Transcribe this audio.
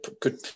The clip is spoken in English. good